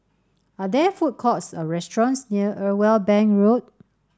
are there food courts or restaurants near Irwell Bank Road